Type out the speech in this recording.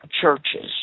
churches